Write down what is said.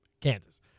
Kansas